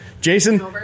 Jason